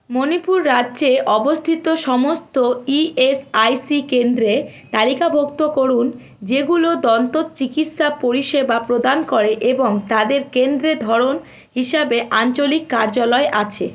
মণিপুর রাজ্যে অবস্থিত সমস্ত ইএসআইসি কেন্দ্রে তালিকাভুক্ত করুন যেগুলো দন্তচিকিসসা পরিষেবা প্রদান করে এবং তাদের কেন্দ্রে ধরন হিসাবে আঞ্চলিক কার্যালয় আছে